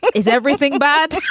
is everything bad?